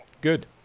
Good